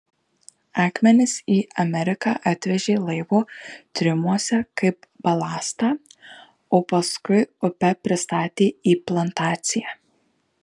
akmenis į ameriką atvežė laivo triumuose kaip balastą o paskui upe pristatė į plantaciją